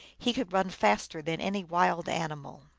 he could run faster than any wild an imal.